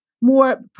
more